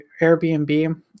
Airbnb